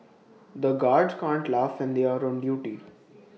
the guards can't laugh when they are on duty